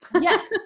Yes